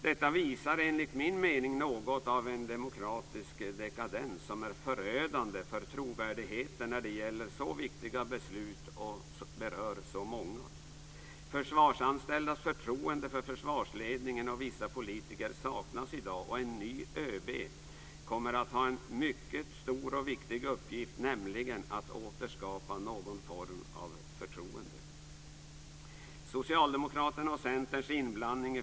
Detta visar enligt min mening något av en demokratisk dekadens som är förödande för trovärdigheten när det gäller så viktiga beslut och som berör så många. De försvarsanställdas förtroende för försvarsledningen och vissa politiker saknas i dag, och en ny ÖB kommer att ha en mycket stor och viktig uppgift, nämligen att återskapa någon form av förtroende.